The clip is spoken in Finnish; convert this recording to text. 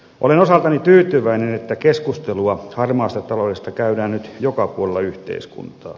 olen osaltani tyytyväinen että keskustelua harmaasta taloudesta käydään nyt joka puolella yhteiskuntaa